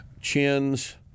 chins